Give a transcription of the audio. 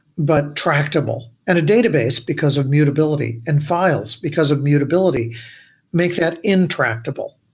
but tractable. and a database, because of mutability and files because of mutability make that intractable.